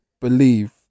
believe